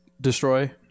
destroy